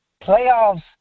playoffs